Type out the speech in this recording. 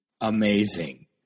amazing